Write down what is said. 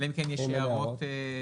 אלא אם כן יש הערות נוספות.